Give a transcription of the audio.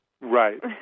right